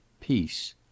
peace